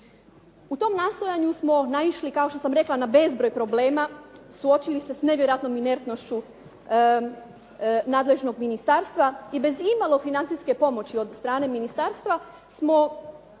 U tom nastojanju smo naišli, kao što sam rekla na bezbroj problema, suočili se s nevjerojatnom inertnošću nadležnog ministarstva i bez imalo financijske pomoći od strane ministarstva smo